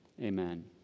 amen